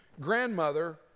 grandmother